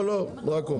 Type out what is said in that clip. לא, לא, עד פה.